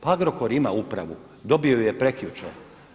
Pa Agrokor ima upravu, dobio ju je prekjučer.